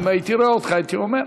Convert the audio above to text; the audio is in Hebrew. אם הייתי רואה אותך הייתי אומר.